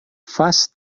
vas